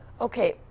Okay